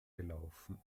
gelaufen